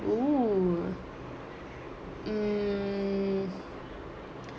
!woo! mm